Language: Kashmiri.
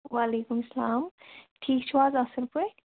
وعلیکُم سَلام ٹھیٖک چھِو حظ اَصٕل پٲٹھۍ